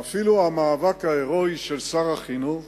ואפילו המאבק ההירואי של שר החינוך